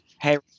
hey